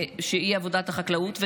שהיא עבודת החקלאות,